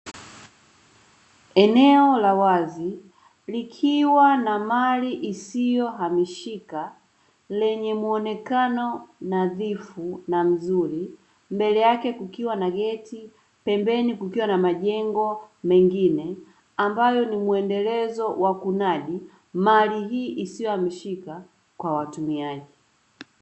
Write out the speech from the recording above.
Eneo la wazi likiwa na mali isiyohamishika lenye muonekano nadhifu na mzuri, mbele yake kukiwa na geti pembeni kukiwa na majengo mengine ambayo ni mwendelezo wa kunadi mali hii isiyohamishika kwa watumiaji.